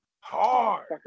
Hard